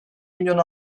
milyon